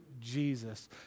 Jesus